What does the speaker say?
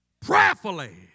prayerfully